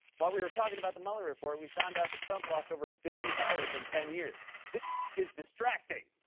while we were talking about the mueller report, we found out that trump lost over a one billion dollars in ten years. this is distracting.